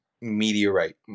Meteorite